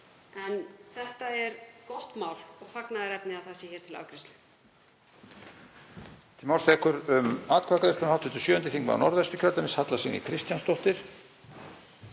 Þetta er gott mál og fagnaðarefni að það sé hér til afgreiðslu.